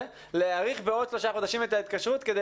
להאריך בשלושה חודשים את ההתקשרות כדי